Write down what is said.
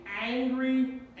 angry